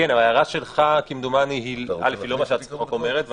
ההערה שלך היא לא מה שהצעת החוק אומרת,